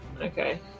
okay